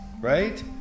Right